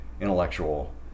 intellectual